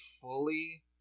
fully